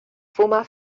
fuma